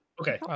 Okay